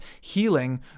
healing